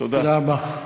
מסכימה.